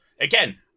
Again